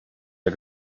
der